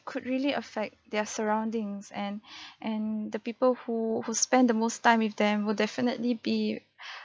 could really affect their surroundings and and the people who who spend the most time with them will definitely be